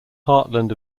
heartland